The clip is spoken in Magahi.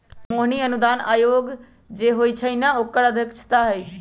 मोहिनी अनुदान आयोग जे होई छई न ओकरे अध्यक्षा हई